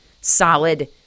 solid